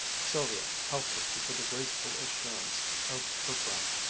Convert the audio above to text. sylvia, helpless before the graceful assurance of her friend,